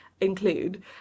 include